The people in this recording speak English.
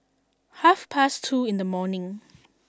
half past two in the morning